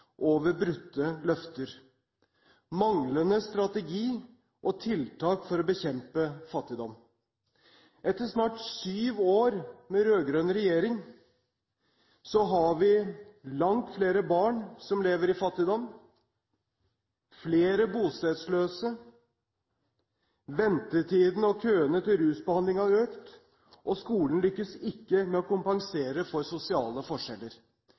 over brutte løfter, manglende strategi og tiltak for å bekjempe fattigdom. Etter snart syv år med rød-grønn regjering har vi langt flere barn som lever i fattigdom, vi har flere bostedsløse, ventetiden og køene til rusbehandling har økt, og skolen lykkes ikke med å kompensere for sosiale forskjeller.